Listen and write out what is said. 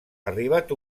arribat